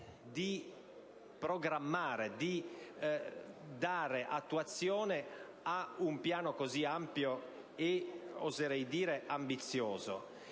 in grado di dare attuazione ad un piano così ampio e, oserei dire, ambizioso.